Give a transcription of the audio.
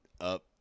up